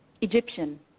Egyptian